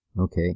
Okay